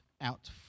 out